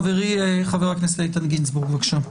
חברי חבר הכנסת איתן גינזבורג, בבקשה.